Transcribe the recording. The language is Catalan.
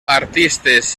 artistes